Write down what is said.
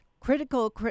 critical